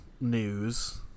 news